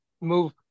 move